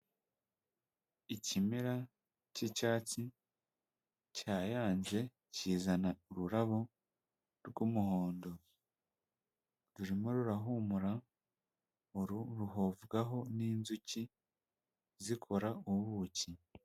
Ikimera cy'icyatsi cyayanze, kizana ururabo rw'umuhondo, rurimo rurahumura ruhovwaho n'inzuki, zikora ubuki.